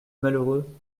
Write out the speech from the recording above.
malheureux